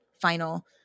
final